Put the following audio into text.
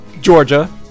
Georgia